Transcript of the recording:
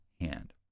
hand